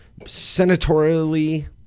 senatorially